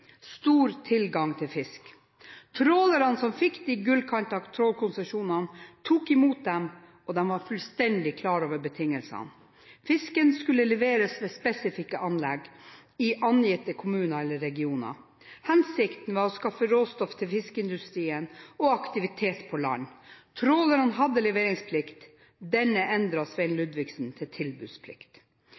stor tilgang til fisk. Trålerne som fikk de gullkantede trålkonsesjonene, tok i mot dem, og de var fullstendig klar over betingelsene. Fisken skulle leveres ved spesifikke anlegg, i angitte kommuner eller regioner. Hensikten var å skaffe råstoff til fiskeindustrien og aktivitet på land. Trålerne hadde leveringsplikt. Denne endret Svein Ludvigsen til tilbudsplikt.